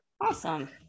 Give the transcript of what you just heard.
Awesome